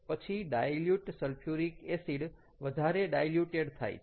પછી dilute sulphuric acid વધારે diluted થાય છે